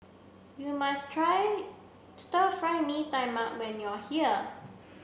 you must try stir fry mee tai mak when you are here